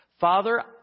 Father